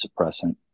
suppressant